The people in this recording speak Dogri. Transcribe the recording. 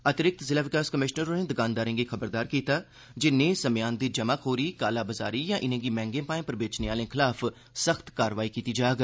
अतिरिक्त ज़िला विकास कमीशनर होरें दकानदारें गी खबरदार कीता जे नेह् समेयान दी जमाखोरी खालाबजारी जां इनेंगी मैंहगे भाए पर बेचने आलें खलाफ सख्त कारवाई कीती जाग